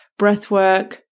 breathwork